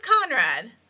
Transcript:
Conrad